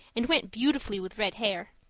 and went beautifully with red hair.